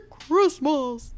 Christmas